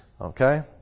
okay